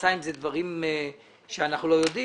נעשו עם זה דברים שאנחנו לא יודעים?